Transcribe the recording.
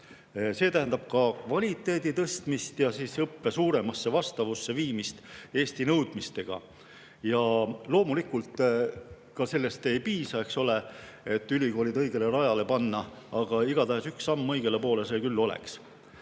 See tähendab ka kvaliteedi tõstmist ja seda, et õpe viiakse suuremasse vastavusse Eesti nõudmistega. Loomulikult ka sellest ei piisa, et ülikoolid õigele rajale panna, aga igatahes üks samm õigele poole see küll oleks.